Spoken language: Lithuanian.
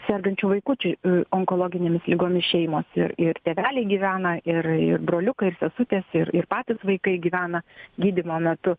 sergančių vaikučių onkologinėmis ligomis šeimos ir tėveliai gyvena ir ir broliukai ir sesutės ir ir patys vaikai gyvena gydymo metu